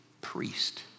priest